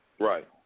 Right